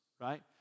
right